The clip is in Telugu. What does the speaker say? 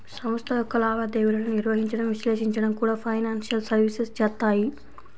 సంస్థ యొక్క లావాదేవీలను నిర్వహించడం, విశ్లేషించడం కూడా ఫైనాన్షియల్ సర్వీసెస్ చేత్తాయి